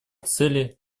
цели